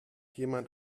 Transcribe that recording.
jemand